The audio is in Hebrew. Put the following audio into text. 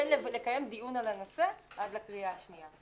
לקיים דיון על הנושא עד לקריאה השנייה והשלישית.